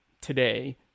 today